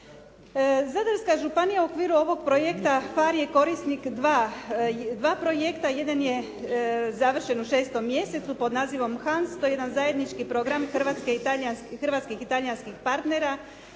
Zadarska županija u okviru ovog projekta PHARE je korisnik dva projekta. Jedan je završen u šestom mjestu pod nazivom HANS, to je jedan zajednički program hrvatskih i talijanskih partnera